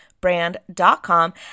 brand.com